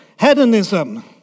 Hedonism